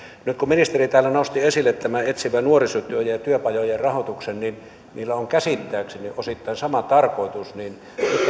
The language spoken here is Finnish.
nyt kun ministeri täällä nosti esille tämän etsivän nuorisotyön ja ja työpajojen rahoituksen niillä on käsittääkseni osittain sama tarkoitus niin